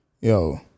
yo